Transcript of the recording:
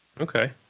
Okay